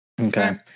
Okay